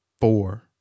Four